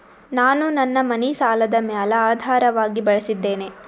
ನಾನು ನನ್ನ ಮನಿ ಸಾಲದ ಮ್ಯಾಲ ಆಧಾರವಾಗಿ ಬಳಸಿದ್ದೇನೆ